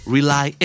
Rely